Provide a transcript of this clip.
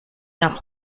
nach